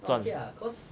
赚